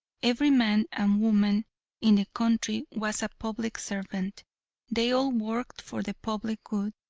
every man and woman in the country was a public servant they all worked for the public good.